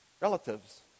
relatives